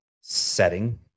setting